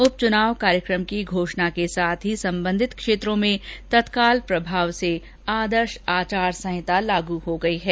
उपचुनाव कार्यक्रम की घोषणा के साथ ही संबंधित क्षेत्रों में तत्काल प्रभाव से आदर्श आचार संहिता लागू हो गई है